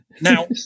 Now